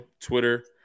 Twitter